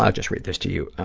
just read this to you.